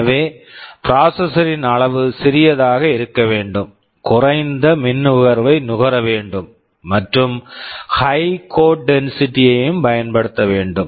எனவே processor processor ன் அளவு சிறியதாக இருக்க வேண்டும் குறைந்த மின் நுகர்வை நுகர வேண்டும் மற்றும் high code density high code density யையும் பயன்படுத்த வேண்டும்